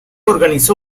organizó